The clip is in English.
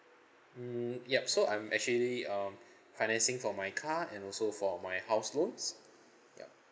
mm yup so I'm actually um financing for my car and also for my house loans yup